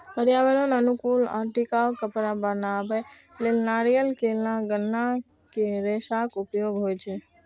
पर्यावरण अनुकूल आ टिकाउ कपड़ा बनबै लेल नारियल, केला, गन्ना के रेशाक उपयोग होइ छै